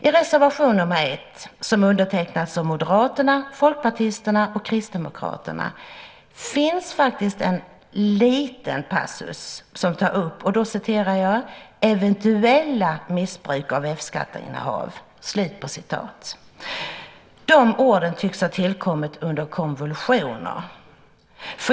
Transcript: I reservation 1, som undertecknats av moderaterna, folkpartisterna och kristdemokraterna, finns faktiskt en liten passus som tar upp "eventuella missbruk av F-skatteinnehav". De orden tycks ha tillkommit under konvulsioner.